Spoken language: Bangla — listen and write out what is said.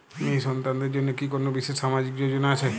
মেয়ে সন্তানদের জন্য কি কোন বিশেষ সামাজিক যোজনা আছে?